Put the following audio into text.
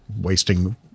wasting